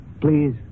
Please